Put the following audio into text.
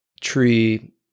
tree